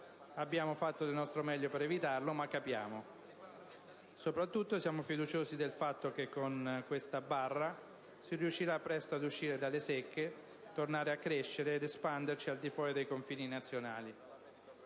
abbiamo fatto del nostro meglio per evitarlo, ma capiamo. Soprattutto, siamo fiduciosi del fatto che con questa barra si riuscirà presto ad uscire dalle secche, tornare a crescere ed espanderci al di fuori dei confini nazionali.